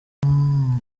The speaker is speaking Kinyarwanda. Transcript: igihugu